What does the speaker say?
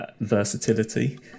versatility